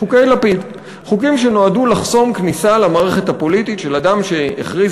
חוקים שנועדו לחסום כניסה למערכת הפוליטית של אדם שהכריז